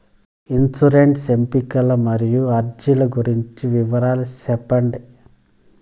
insurance ఎంపికలు మరియు అర్జీల గురించి వివరాలు సెప్పండి